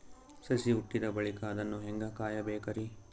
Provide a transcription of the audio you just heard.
ಸಸಿ ಹುಟ್ಟಿದ ಬಳಿಕ ಅದನ್ನು ಹೇಂಗ ಕಾಯಬೇಕಿರಿ?